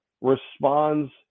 responds